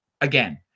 Again